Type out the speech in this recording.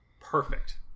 perfect